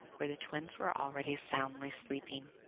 where the twins were already soundly sleeping.